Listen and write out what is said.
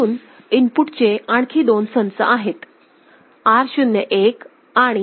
अजून इनपुटचे आणखी दोन संच आहेत R01 आणि R02